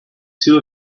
two